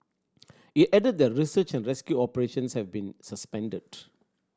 it added that research and rescue operations have been suspended